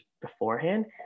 beforehand